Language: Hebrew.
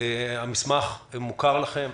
המסמך מוכר לכם,